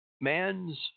man's